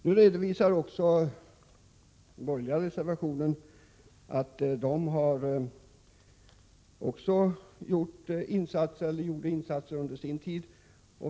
Det redovisas i den borgerliga reservationen att det gjordes insatser också under den borgerliga tiden.